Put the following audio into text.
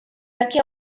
daqui